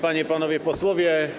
Panie i Panowie Posłowie!